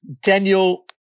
Daniel